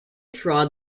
trod